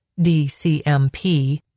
DCMP